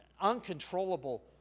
uncontrollable